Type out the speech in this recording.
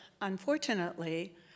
unfortunately